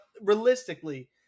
realistically